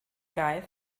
guy